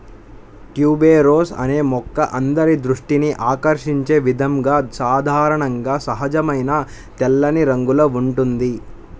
tuberose అనే మొక్క అందరి దృష్టిని ఆకర్షించే విధంగా సాధారణంగా సహజమైన తెల్లని రంగులో ఉంటుంది